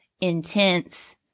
intense